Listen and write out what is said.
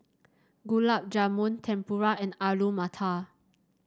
Gulab Jamun Tempura and Alu Matar